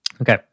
Okay